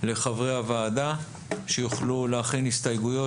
לחברי הוועדה כדי שיוכלו להכין הסתייגויות